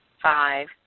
five